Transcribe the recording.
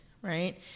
Right